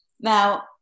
Now